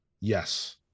Yes